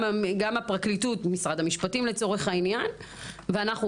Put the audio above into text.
גם הפרקליטות ומשרד המשפטים לצורך העניין ואנחנו,